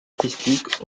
artistiques